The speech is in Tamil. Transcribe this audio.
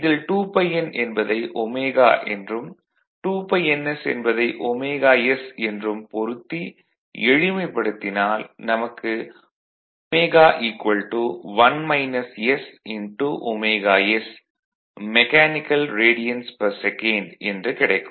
இதில் 2πn என்பதை ω என்றும் 2πns என்பதை ωs என்றும் பொருத்தி எளிமைப்படுத்தினால் நமக்கு ω ωs mechanical radians per second என்று கிடைக்கும்